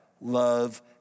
love